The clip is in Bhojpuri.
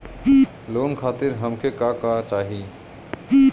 लोन खातीर हमके का का चाही?